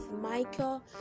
michael